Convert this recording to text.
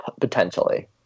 potentially